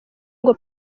ngo